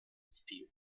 stil